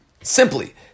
simply